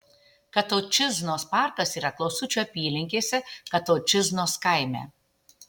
kataučiznos parkas yra klausučių apylinkėse kataučiznos kaime